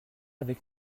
avec